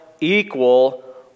equal